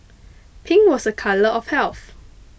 pink was a colour of health